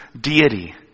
deity